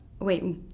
wait